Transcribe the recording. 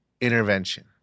intervention